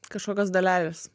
kažkokios dalelės